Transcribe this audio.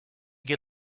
get